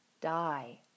die